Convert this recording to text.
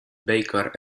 baker